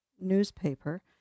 newspaper